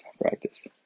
practice